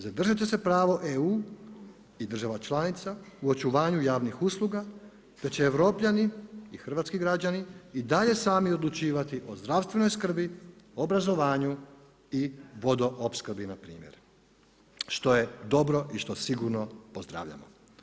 Zadržat će se pravo EU i država članica u očuvanju javnih usluga te će Europljani i hrvatski građani i dalje sami odlučivati o zdravstvenoj skrbi, obrazovanju i vodoopskrbi npr. Što je dobro i što sigurno pozdravljamo.